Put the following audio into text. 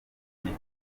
imiti